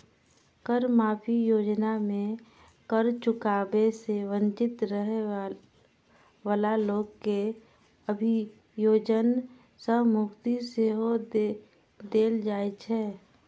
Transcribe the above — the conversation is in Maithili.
कर माफी योजना मे कर चुकाबै सं वंचित रहै बला लोक कें अभियोजन सं मुक्ति सेहो देल जाइ छै